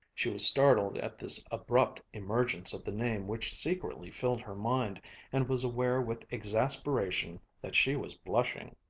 she was startled at this abrupt emergence of the name which secretly filled her mind and was aware with exasperation that she was blushing.